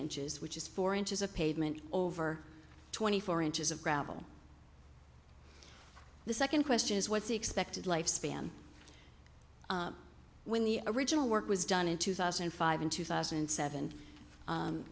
inches which is four inches of pavement over twenty four inches of gravel the second question is what's expected lifespan when the original work was done in two thousand and five in two thousand and seven u